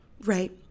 Right